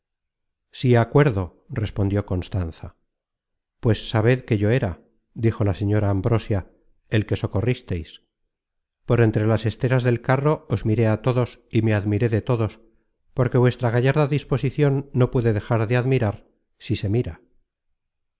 sí acuerdo respondió constanza pues sabed que yo era dijo la señora ambrosia el que socorristeis por entre las esteras del carro os miré a todos y me admiré de todos porque vuestra gallarda disposicion no puede dejar de admirar si se mira